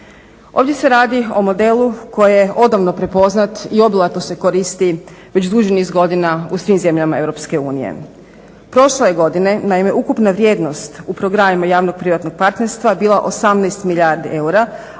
Ovdje se radi o modelu koji je odavno prepoznat i obilato se koristi već duži niz godina u svim zemljama EU. Prošle je godine naime ukupna vrijednost u programima javno-privatnog partnerstva bila 18 milijardi eura,